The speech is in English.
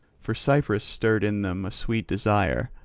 for cypris stirred in them a sweet desire,